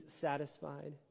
satisfied